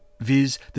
viz